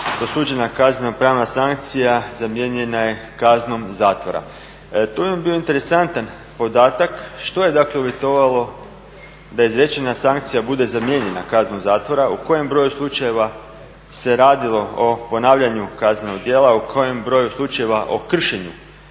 dosuđena kazneno-pravna sankcija zamijenjena je kaznom zatvora. Tu mi je bio interesantan podatak što je, dakle uvjetovalo da izrečena sankcija bude zamijenjena kaznom zatvora, u kojem broju slučajeva se radilo o ponavljanju kaznenog djela, u kojem broju slučajeva o kršenju